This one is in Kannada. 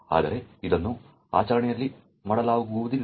ಆದರೆ ಇದನ್ನು ಆಚರಣೆಯಲ್ಲಿ ಮಾಡಲಾಗುತ್ತಿಲ್ಲ